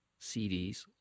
cds